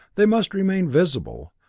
they must remain visible,